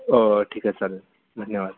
ठीक आहे चालेल धन्यवाद